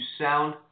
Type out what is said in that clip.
sound